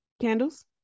Candles